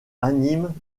animent